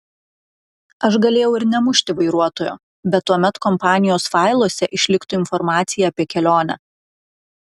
aš galėjau ir nemušti vairuotojo bet tuomet kompanijos failuose išliktų informacija apie kelionę